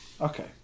Okay